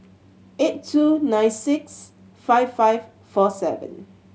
eight two nine six five five four seven